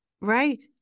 Right